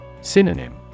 Synonym